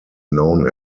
known